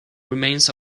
remains